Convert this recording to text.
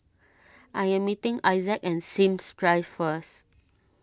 I am meeting Isaac at Sims Drive first